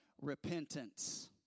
Repentance